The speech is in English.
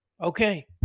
okay